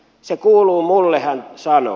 se kuuluu mulle hän sanoo